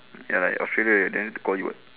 ya lah australia then to call you [what]